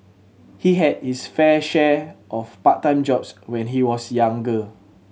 he had his fair share of part time jobs when he was younger